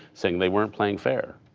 saying they weren't playing fair.